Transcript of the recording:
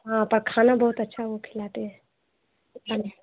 हाँ पर खाना बहुत अच्छा वो खिलाते हैं